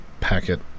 packet